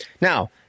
Now